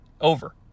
over